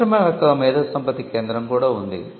మిశ్రమ రకం మేధోసంపత్తి కేంద్రo కూడా ఉంది